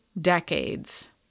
decades